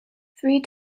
three